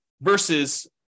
versus –